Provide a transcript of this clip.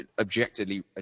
objectively